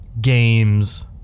Games